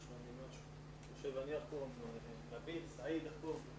אני מתכבד לפתוח את